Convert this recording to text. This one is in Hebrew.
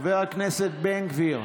חבר הכנסת בן גביר,